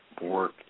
work